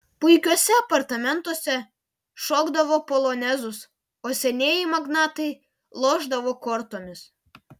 puikiuose apartamentuose šokdavo polonezus o senieji magnatai lošdavo kortomis